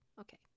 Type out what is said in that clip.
okay